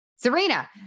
Serena